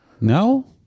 No